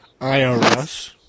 IRS